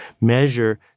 measure